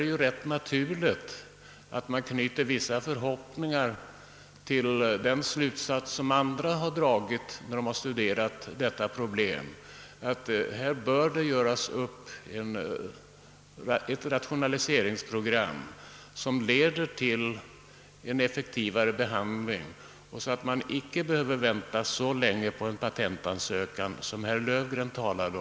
Med hänsyn till denna trend är det naturligt att man liksom andra som har studerat detta problem knyter vissa förhoppningar till att ett rationaliseringsprogram skall leda till en effektivare behandling och att avgörandet av en patentansökan inte skall behöva dröja så länge som herr Löfgren nämnde.